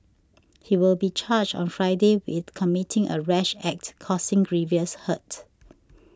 he will be charged on Friday with committing a rash act causing grievous hurt